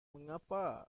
mengapa